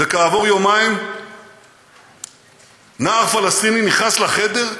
וכעבור יומיים נער פלסטיני נכנס לחדר,